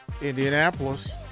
Indianapolis